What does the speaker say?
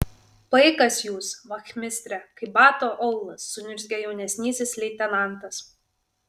paikas jūs vachmistre kaip bato aulas suniurzgė jaunesnysis leitenantas